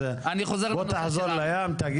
אז בוא תחזור לים.